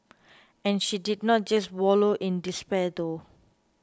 and she did not just wallow in despair though